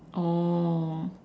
oh